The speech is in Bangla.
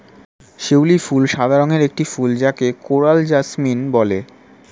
শিউলি ফুল সাদা রঙের একটি ফুল যাকে কোরাল জেসমিন বলে